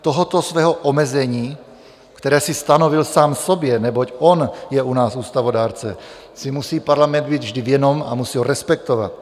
Tohoto svého omezení, které si stanovil sám sobě, neboť on je u nás ústavodárce, si musí parlament být vždy vědom a musí ho respektovat.